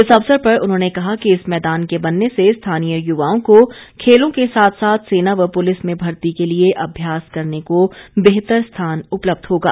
इस अवसर पर उन्होंने कहा कि इस मैदान के बनने से स्थानीय युवाओं को खेलों के साथ साथ सेना व पुलिस में भर्ती के लिए अभ्यास करने को बेहतर स्थान उपलब्ध होगा